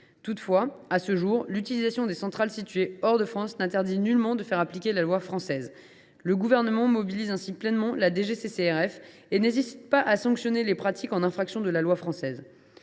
Toutefois, à ce jour, l’utilisation de centrales situées hors de France n’interdit nullement de faire appliquer la loi française. Le Gouvernement mobilise ainsi pleinement la DGCCRF et n’hésite pas à sanctionner les pratiques qui seraient en infraction à la loi française.